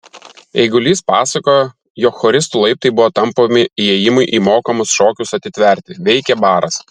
eigulys pasakojo jog choristų laiptai buvo tampomi įėjimui į mokamus šokius atitverti veikė baras